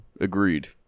Agreed